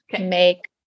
Make